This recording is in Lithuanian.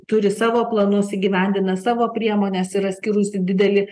turi savo planus įgyvendina savo priemones yra skyrusi didelį